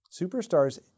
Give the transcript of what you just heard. Superstars